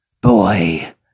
Boy